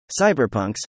Cyberpunks